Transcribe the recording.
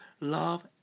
love